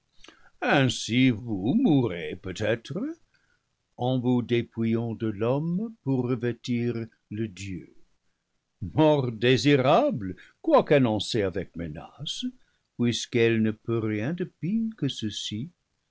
ainsi vous mourrez peut-être en vous dépouillant de l'homme pour revêtir le dieu mort désirable quoique annon cée avec menaces puisqu'elle ne peut rien de pis que ceci